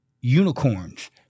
unicorns